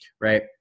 right